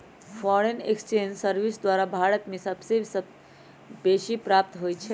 foreign exchange service द्वारा भारत में प्रेषण सबसे बेसी प्राप्त होई छै